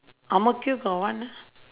ang mo kio got one lor